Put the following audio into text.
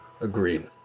Agreed